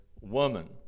woman